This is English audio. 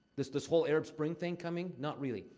this this whole arab spring thing coming? not really.